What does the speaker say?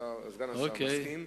וסגן השר מסכים.